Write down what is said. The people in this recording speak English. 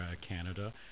Canada